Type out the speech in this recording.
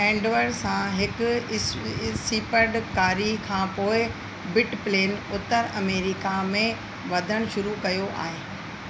Endeavour सां हिकु इस इस सीपड़कारी खां पोएं बिटप्लेन उत्तर अमेरिका में वधणु शुरू कयो आहे